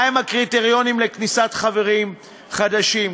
מהם הקריטריונים לכניסת חברים חדשים?